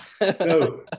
No